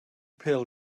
pêl